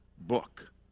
book